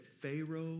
Pharaoh